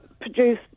produce